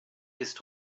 ist